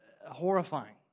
horrifying